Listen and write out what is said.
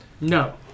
no